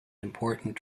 important